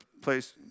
place